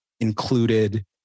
included